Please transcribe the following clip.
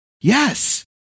Yes